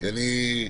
הוא משיק.